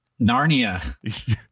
Narnia